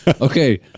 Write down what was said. Okay